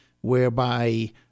whereby